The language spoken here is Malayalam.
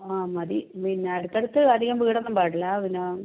ആ മതി പിന്നെ അടുത്തടുത്ത് അധികം വീടൊന്നും പാടില്ല പിന്നെ